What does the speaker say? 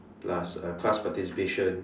plus uh class participation